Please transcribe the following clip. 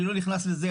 אני לא נכנס לזה,